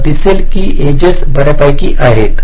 तुम्हाला दिसेल की एजेस बर्यापैकी आहेत